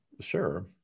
Sure